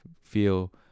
feel